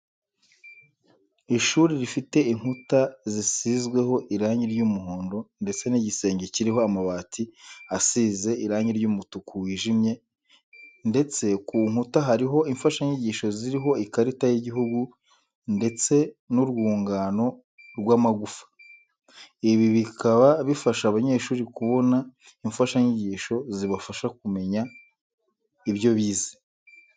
Ishuri rifite inkuta zisizweho irange ry'umuhondo ndetse n'igisenge kiriho amabati asize irange ry'umutuku wijimye ndetse ku nkuta hariho imfashanyigisho ziriho ikarita y'igihugu ndetse n'urwungano rw'amagufwa. Ibi bikaba bifasha abanyeshuri kubona imfashanyigisho zibafasha kumenya ibyo bize.